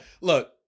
Look